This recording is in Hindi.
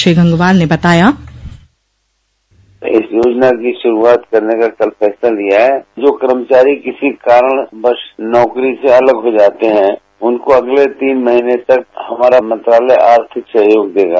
श्री गंगवार ने बताया इस योजना की शुरूआत करने का कल फैसला लिया है जो कर्मचारी किसी कारणवश नौकरी से अलग हो जाते हैं उनको अगले तीन महीने तक हमारा मंत्रालय आर्थिक सहयोग देगा